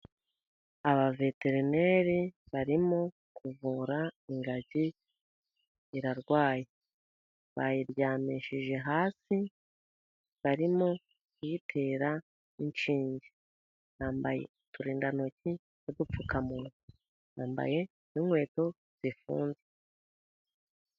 Abaveterineri barimo kuvura ingagi irarwaye. Bayiryamishije hasi barimo kuyitera inshinge, bambaye uturinda ntoki n'udupfukamunwa, bambaye n'inkweto zifunze.